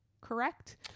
correct